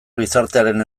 gizartearen